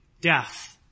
death